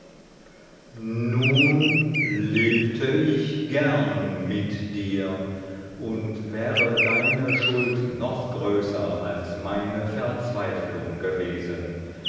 nun lebte ich gern mit dir und wäre deine schuld noch größer als meine verzweiflung gewesen